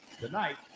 tonight